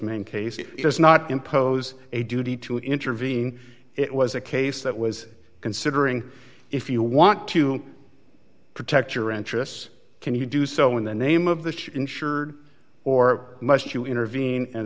main case it does not impose a duty to intervene it was a case that was considering if you want to protect your interests can you do so in the name of the insured or must you intervene